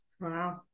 Wow